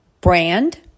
brand